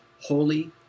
holy